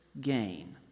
gain